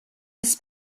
his